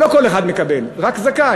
הרי לא כל אחד מקבל, רק זכאי.